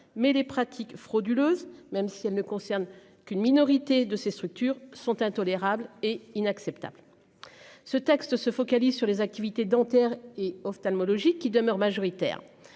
Mais les pratiques frauduleuses. Même si elle ne concerne qu'une minorité de ces structures sont intolérables. Et inacceptables. Ce texte se focalise sur les activités dentaires et ophtalmologiques qui demeure majoritaire